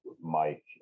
Mike